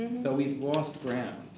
so we lost grounds.